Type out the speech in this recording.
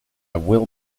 will